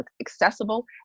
accessible